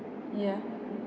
ya